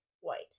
white